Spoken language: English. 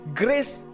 grace